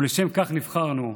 ולשם כך נבחרנו.